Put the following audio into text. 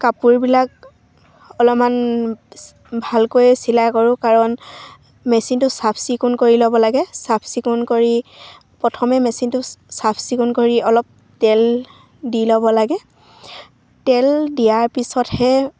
কাপোৰবিলাক অলপমান ভালকৈ চিলাই কৰোঁ কাৰণ মেচিনটো চাফ চিকুণ কৰি ল'ব লাগে চাফ চিকুণ কৰি প্ৰথমে মেচিনটো চাফ চিকুণ কৰি অলপ তেল দি ল'ব লাগে তেল দিয়াৰ পিছতহে